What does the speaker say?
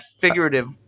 figurative